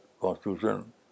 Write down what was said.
constitution